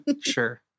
Sure